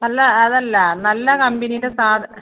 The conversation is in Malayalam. അല്ല അതല്ല നല്ല കമ്പനീൻ്റെ സാധ